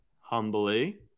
humbly